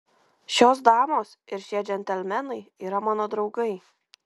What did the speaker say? šios damos ir šie džentelmenai yra mano draugai